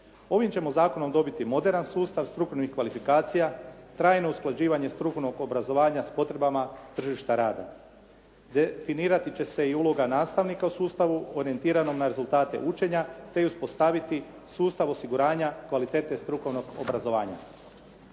Ovim ćemo zakonom dobiti moderan sustav strukovnih kvalifikacija, trajno usklađivanje strukovnog obrazovanja s potrebama tržišta rada. Definirati će se i uloga nastavnika u sustavu orijentiranom na rezultate učenja te i uspostaviti sustav osiguranja kvalitete strukovnog obrazovanja.